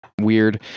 Weird